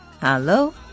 Hello